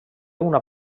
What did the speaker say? una